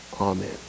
Amen